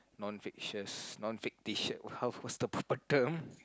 non factious non fictitious how what's the proper term